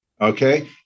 Okay